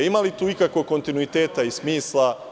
Ima li tu ikakvog kontinuiteta i smisla?